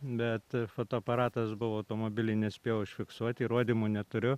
bet fotoaparatas buvo automobily nespėjau užfiksuoti įrodymų neturiu